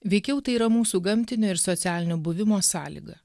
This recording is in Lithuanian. veikiau tai yra mūsų gamtinio ir socialinio buvimo sąlyga